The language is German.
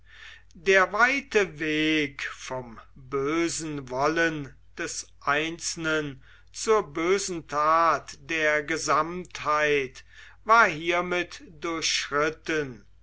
der weite weg vom bösen wollen des einzelnen zur bösen tat der gesamtheit war hiermit durchschritten